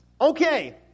Okay